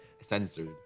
censored